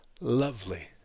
lovely